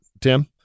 Tim